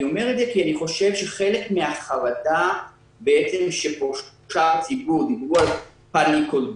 כי אני חושב שחלק מן החרדה שפושה בציבור דיברו על פניקות,